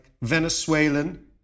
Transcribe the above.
Venezuelan